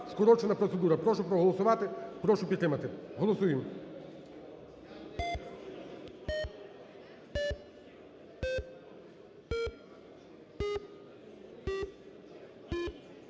Прошу голосувати, прошу підтримати. Голосуємо,